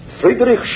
Friedrich